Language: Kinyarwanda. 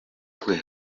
rwe